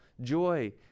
joy